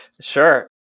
Sure